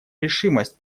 решимость